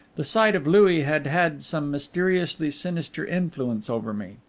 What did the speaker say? the sight of louis had had some mysteriously sinister influence over me.